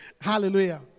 Hallelujah